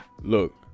Look